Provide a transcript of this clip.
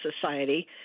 society